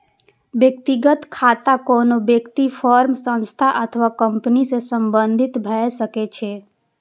व्यक्तिगत खाता कोनो व्यक्ति, फर्म, संस्था अथवा कंपनी सं संबंधित भए सकै छै